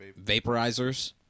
vaporizers